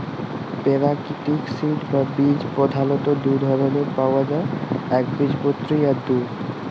পেরাকিতিক সিড বা বীজ পধালত দু ধরলের পাউয়া যায় একবীজপত্রী আর দু